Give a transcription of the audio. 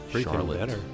Charlotte